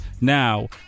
Now